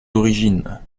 origines